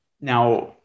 Now